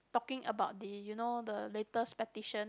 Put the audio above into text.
talking about the you know the latest petition